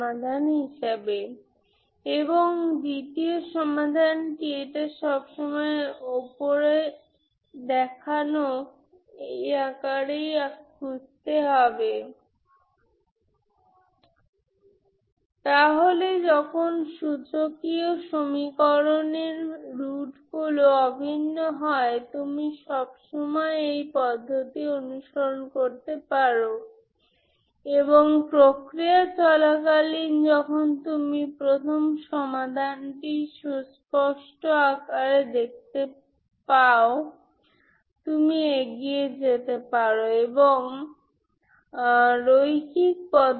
এটি আসলে এর অর্থ এই এক m→∞ 11n1mCnPnx fx2dx0 তাই আপনার চিন্তা করার দরকার নেই এজন্য আপনি শুধুমাত্র টুকরো টুকরো কন্টিনুয়াস ফাংশন শিখতে পারেন আপনি এই ফোরিয়ার সিরিজটি পেতে পারেন এটি পয়েন্ট অনুসারে একত্রীকরণ কিন্তু ইস্কোয়ার ইন্টিগ্রেবল কনভারজেন্স এটি ইস্কোয়ার ইন্টিগ্রেবল কনভারজেন্সের অর্থ